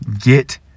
get